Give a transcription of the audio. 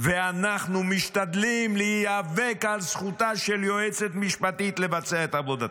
ואנחנו משתדלים להיאבק על זכותה של יועצת משפטית לבצע את עבודתה?